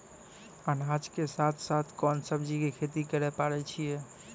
अनाज के साथ साथ कोंन सब्जी के खेती करे पारे छियै?